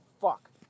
fuck